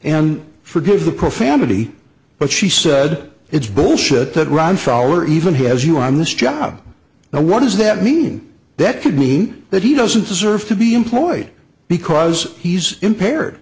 and forgive the profanity but she said it's bullshit that ron follower even has you on this job now what does that mean that could mean that he doesn't deserve to be employed because he's impaired